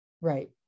right